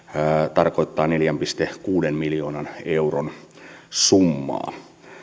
tarkoittaa neljän pilkku kuuden miljoonan euron summaa